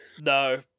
No